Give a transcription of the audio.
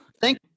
thank